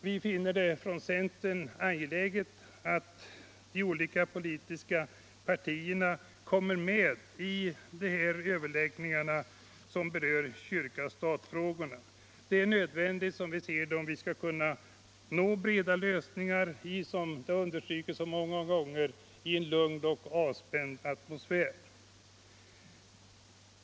Vi finner det från centern angeläget att de olika politiska partierna kommer med i dessa överläggningar som berör kyrka-stat-frågorna. Det är nödvändigt om vi skall kunna nå breda lösningar i, som det understrukits så många gånger, en lugn och avspänd atmosfär.